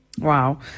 Wow